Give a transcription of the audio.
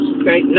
okay